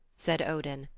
said odin,